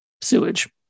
sewage